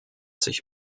sich